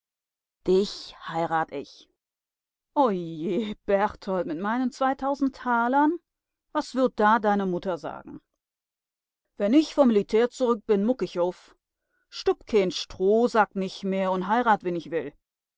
dich heirat ich o je berthold mit meinen zweitausend talern was würd da deine mutter sagen wenn ich vom militär zurück bin muck ich uff stupp keen strohsack nich mehr und heirat wen ich will